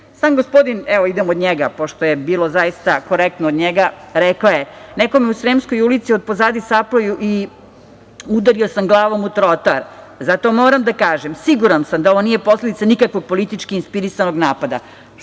sam gospodin, idemo od njega, pošto je bilo veoma korektno od njega, rekao je – nekome je u Sremskoj ulici otpozadi sapleo i udario sam glavom u trotoar zato moram da kažem da sam siguran da ovo nije posledica politički inspirisanog napada,